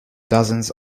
dozens